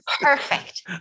Perfect